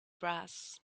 brass